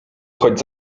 choć